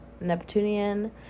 Neptunian